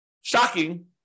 shocking